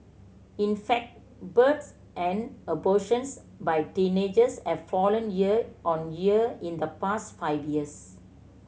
in fact births and abortions by teenagers have fallen year on year in the past five years